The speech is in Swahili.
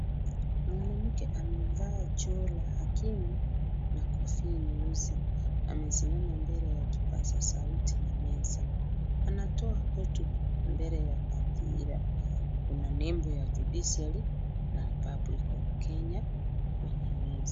Mwanamke anavaa joho la hakimu na kofia nyeusi. Amesimama mbele ya kipaza sauti na meza. Anatoa foto mbele ya hadhira. Kuna nembo ya Judiciary na Republic of Kenya , kwenye meza.